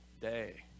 day